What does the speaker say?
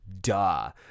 duh